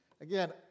Again